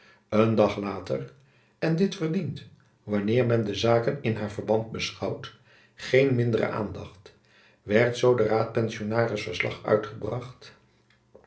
een dag later en dit verdient wanneer men de zaken in haar verband beschouwt geen mindere aandacht werd door den raadpensionaris verslag uitgebracht